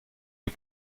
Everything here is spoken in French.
les